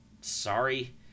sorry